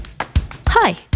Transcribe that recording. Hi